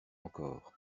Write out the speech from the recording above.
encore